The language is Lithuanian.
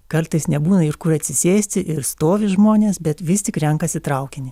kartais nebūna ir kur atsisėsti ir stovi žmonės bet vis tik renkasi traukinį